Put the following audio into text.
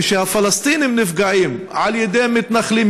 כשהפלסטינים נפגעים על ידי מתנחלים,